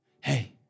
hey